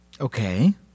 Okay